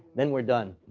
then we're done.